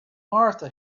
martha